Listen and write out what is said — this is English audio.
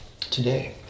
today